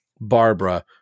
barbara